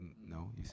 no